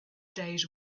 days